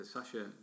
Sasha